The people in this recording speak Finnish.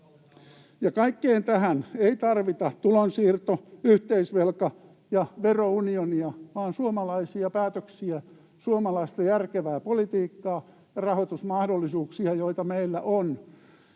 kaikkeen tähän ei tarvita tulonsiirto-, yhteisvelka- ja verounionia vaan suomalaisia päätöksiä, suomalaista järkevää politiikkaa ja rahoitusmahdollisuuksia, joita meillä on